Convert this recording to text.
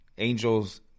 angels